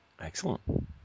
Excellent